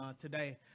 today